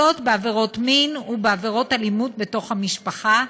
זאת, בעבירות מין ובעבירות אלימות בתוך המשפחה,